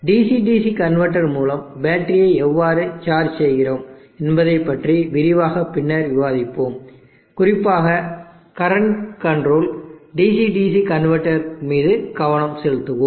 DC DC converter மூலம் பேட்டரியை எவ்வாறு சார்ஜ் செய்கிறோம் என்பதைப் பற்றி விரிவாக பின்னர் விவாதிப்போம் குறிப்பாக current control DC DC converter மீது கவனம் செலுத்துவோம்